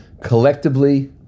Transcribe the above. collectively